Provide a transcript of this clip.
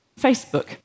Facebook